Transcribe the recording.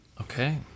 Okay